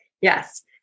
Yes